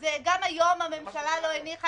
גם היום הממשלה לא הניחה,